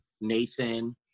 Nathan